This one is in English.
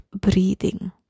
breathing